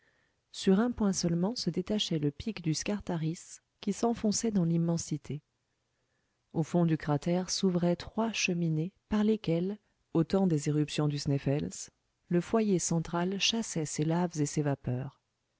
sur un point seulement se détachait le pic du scartaris qui s'enfonçait dans l'immensité au fond du cratère s'ouvraient trois cheminées par lesquelles au temps des éruptions du sneffels le foyer central chassait ses laves et ses vapeurs